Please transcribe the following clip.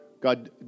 God